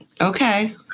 Okay